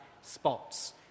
spots